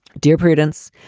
dear prudence,